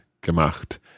gemacht